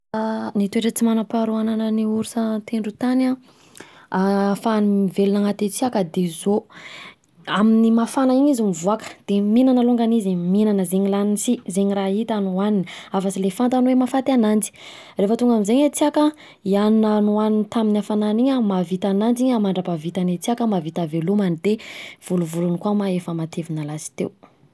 Ny toetra tsy manam-paharoa ananan’ny orsa an-tendrotany an, afahany mivelona anaty hatsiaka de zao: amin’ny mafana izy mivoaka, de mihinana alongany izy, mihinana zegny laniny si, zegny raha itany oaniny afa-tsy le fantany hoe mahafaty ananjy, rehefa tonfa am'zay hatsiaka an, i hanina nohaniny tamin’ny hafanana iny an, mahavita ananjy mandram-pahavita ny hatsiaka mahavita havelomany, de volovolony koa ma efa matevina lasiteo.